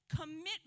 commitment